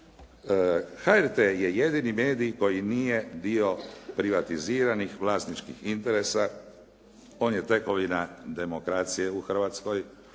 HRT je jedini medij koji nije bio privatiziran iz vlasničkih interesa, on je tekovina demokracije u Hrvatskoj,